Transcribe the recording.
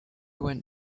went